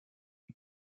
who